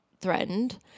threatened